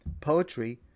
Poetry